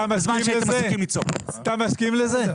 אתה מסכים לזה?